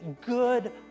good